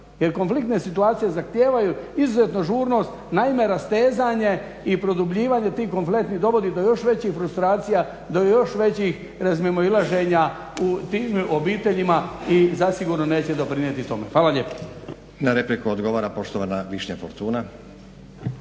jer konfliktne situacije zahtijevaju izuzetnu ažurnost. Naime, rastezanje i produbljivanje tih konflikata dovodi do još većih frustracija, do još većih razmimoilaženja u tim obiteljima i zasigurno neće doprinijeti tome. Hvala lijepa. **Stazić, Nenad (SDP)** Na repliku odgovara poštovana Višnja Fortuna.